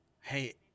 Hey